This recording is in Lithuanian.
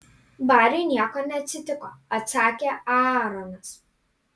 bariui nieko neatsitiko atsakė aaronas